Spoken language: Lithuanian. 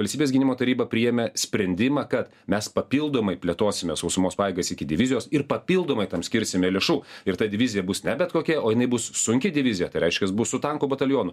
valstybės gynimo taryba priėmė sprendimą kad mes papildomai plėtosime sausumos pajėgas iki divizijos ir papildomai tam skirsime lėšų ir ta divizija bus ne bet kokia o jinai bus sunki divizija tai reiškias bus su tankų batalionu